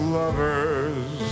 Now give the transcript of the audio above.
lovers